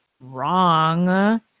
wrong